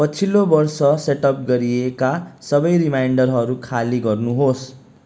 पछिल्लो वर्ष सेटअप गरिएका सबै रिमाइन्डरहरू खाली गर्नुहोस्